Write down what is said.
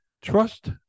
Trust